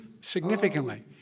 significantly